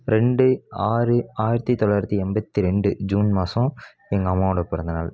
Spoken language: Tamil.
ரெண்டு ஆறு ஆயிரத்து தொள்ளாயிரத்து எண்பத்து ரெண்டு ஜூன் மாதம் எங்கள் அம்மாவோட பிறந்தநாள்